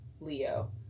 Leo